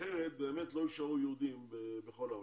אחרת באמת לא יישארו יהודים בכל העולם.